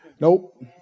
Nope